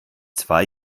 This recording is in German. zwei